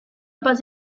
pas